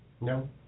No